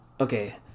Okay